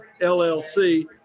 LLC